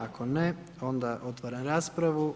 Ako ne, onda otvaram raspravu.